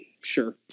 sure